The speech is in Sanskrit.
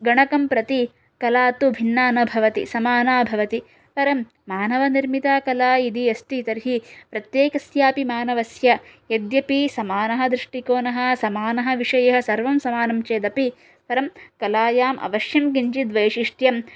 गणकं प्रति कला तु भिन्ना न भवति समाना भवति परं मानवनिर्मिता कला यदि अस्ति तर्हि प्रत्येकस्यापि मानवस्य यद्यपि समानः दृष्टिकोनः समानः विषयः सर्वं समानं चेद् अपि परं कलायाम् अवश्यं किञ्चित् वैशिष्ट्यं